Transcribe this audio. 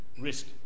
risk